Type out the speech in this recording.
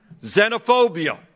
xenophobia